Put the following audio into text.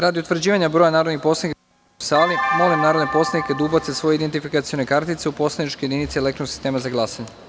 Radi utvrđivanja broja narodnih poslanika prisutnih u sali, molim narodne poslanike da ubace svoje identifikacione kartice u poslaničke jedinice elektronskog sistema za glasanje.